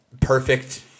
perfect